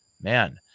Man